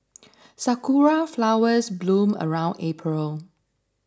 sakura flowers bloom around April